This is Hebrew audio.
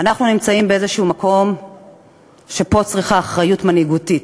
אנחנו נמצאים באיזשהו מקום שבו צריך אחריות מנהיגותית,